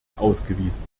ausgewiesen